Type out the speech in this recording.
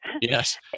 Yes